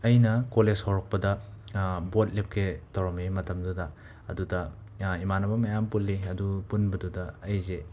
ꯑꯩꯅ ꯀꯣꯂꯦꯁ ꯍꯧꯔꯛꯄꯗ ꯕꯣꯠ ꯂꯦꯞꯀꯦ ꯇꯧꯔꯝꯃꯤ ꯃꯇꯝꯗꯨꯗ ꯑꯗꯨꯗ ꯏꯃꯥꯟꯅꯕ ꯃꯌꯥꯝ ꯄꯨꯜꯂꯤ ꯑꯗꯨ ꯄꯨꯟꯕꯗꯨꯗ ꯑꯩꯁꯦ